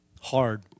hard